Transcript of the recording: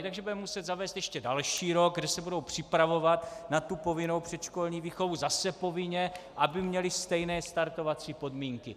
Takže budeme muset zavést ještě další rok, kde se budou připravovat na povinnou předškolní výchovu zase povinně, aby měly stejné startovací podmínky.